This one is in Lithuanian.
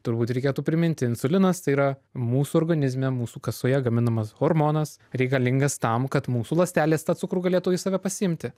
turbūt reikėtų priminti insulinas tai yra mūsų organizme mūsų kasoje gaminamas hormonas reikalingas tam kad mūsų ląstelės tą cukrų galėtų į save pasiimti